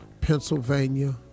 Pennsylvania